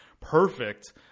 perfect